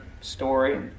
story